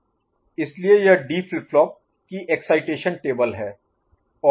इसलिए यह D flip flop की एक्साइटेशन टेबल है